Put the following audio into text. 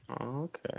okay